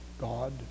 God